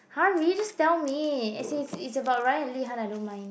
hurry just tell me as in it's it's about Ryan and Li-han I don't mind